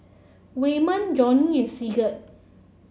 Waymon Johnie and Sigurd